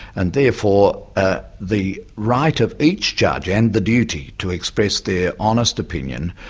and therefore ah the right of each judge, and the duty, to express their honest opinion,